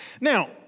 Now